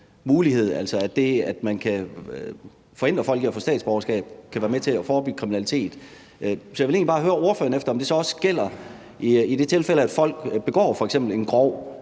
altså sådan, at det at forhindre folk i at få statsborgerskab kan være med til at forebygge kriminalitet. Så jeg vil egentlig bare høre ordføreren, om det så også gælder i det tilfælde, at folk begår f.eks. en grov